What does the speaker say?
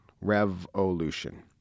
revolution